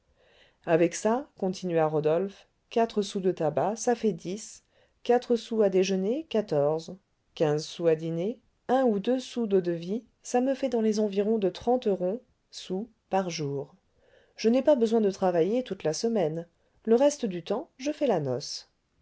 avec ça continua rodolphe quatre sous de tabac ça fait dix quatre sous à déjeuner quatorze quinze sous à dîner un ou deux sous d'eau-de-vie ça me fait dans les environs de trente ronds sous par jour je n'ai pas besoin de travailler toute la semaine le reste du temps je fais la noce